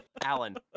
Alan